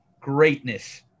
greatness